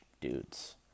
dudes